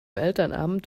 elternabend